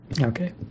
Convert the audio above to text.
Okay